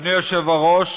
אדוני היושב-ראש,